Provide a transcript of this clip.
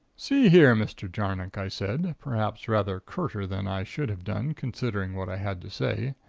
see here, mr. jarnock, i said, perhaps rather curter than i should have done, considering what i had to say.